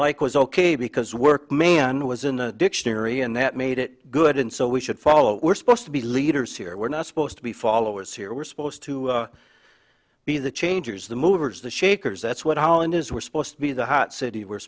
like was ok because work man was in the dictionary and that made it good and so we should follow we're supposed to be leaders here we're not supposed to be followers here we're supposed to be the changers the movers the shakers that's what holland is we're supposed to be the hot city we're